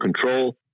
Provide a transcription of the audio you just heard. control